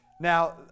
Now